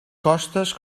costes